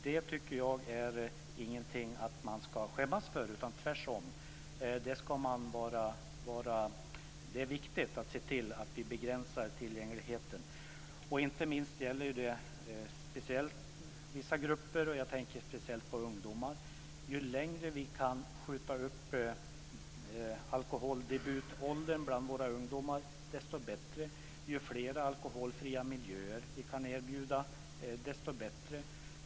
Det tycker inte jag är någonting som man ska skämmas för, utan det är tvärtom viktigt att vi ser till att begränsa tillgängligheten. Det gäller inte minst vissa grupper. Jag tänker speciellt på ungdomar. Ju längre vi kan skjuta upp alkoholdebuten bland våra ungdomar, desto bättre. Ju flera alkoholfria miljöer vi kan erbjuda, desto bättre.